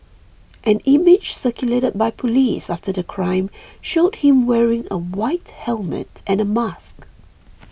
an image circulated by police after the crime showed him wearing a white helmet and a mask